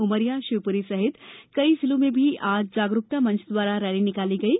उमरिया शिवपुरी सहित कई जिलों में भी आज जागरूकता मंच द्वारा रैली निकाली गयी